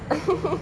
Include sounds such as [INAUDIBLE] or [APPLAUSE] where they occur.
[LAUGHS]